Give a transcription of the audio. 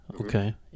Okay